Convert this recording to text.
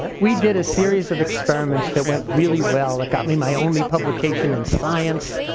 we did a series of experiments that went really well that got me my only publication in science